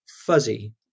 fuzzy